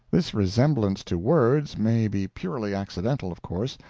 this resemblance to words may be purely accidental, of course,